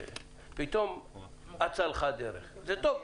פתאום אצה לך הדרך, זה טוב.